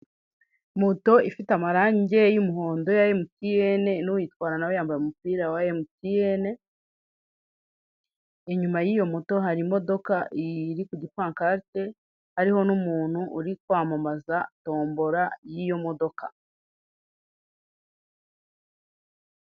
Moto ifite amarangi y'umuhondo ya MTN n'uyitwara na we yambaye umupira wa MTN, inyuma y'iyo moto hari imodoka iri ku gipankarite hariho n'umuntu uri kwamamaza tombora y'iyo modoka.